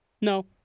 no